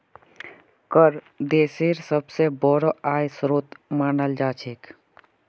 कर देशेर सबस बोरो आय स्रोत मानाल जा छेक